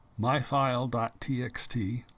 myfile.txt